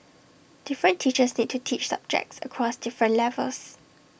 different teachers need to teach subjects across different levels